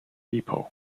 depot